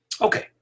Okay